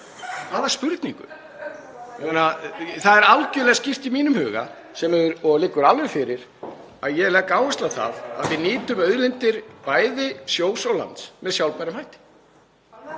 Hvaða spurningu? Það er algerlega skýrt í mínum huga og liggur alveg fyrir að ég legg áherslu á það að við nýtum auðlindir bæði sjós og lands með sjálfbærum hætti.